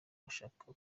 ushaka